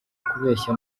kubeshya